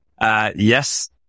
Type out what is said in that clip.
Yes